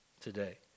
today